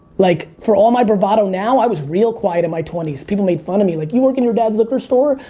like for all my bravado now, i was real quiet in my twenty s. people made of me, like, you work in your dad's liquor store?